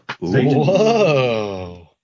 Whoa